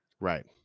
Right